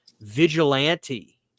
vigilante